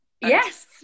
yes